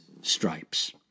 stripes